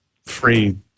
Free